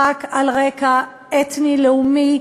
רק על רקע אתני לאומי,